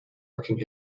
working